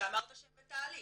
שאמרת שהם בתהליך.